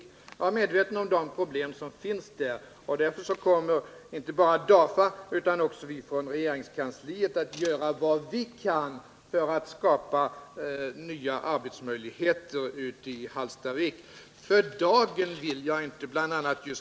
Men jag är medveten om de problem som finns där, och därför kommer inte bara DAFA utan också vi inom regeringskansliet att göra vad som är möjligt för att skapa nya arbetsmöjligheter i Hallstavik.